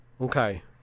Okay